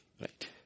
Right